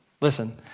Listen